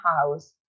house